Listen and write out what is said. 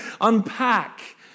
unpack